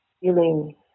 feeling